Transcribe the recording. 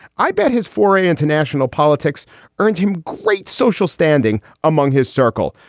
i bet his foray into national politics earned him great social standing among his circle.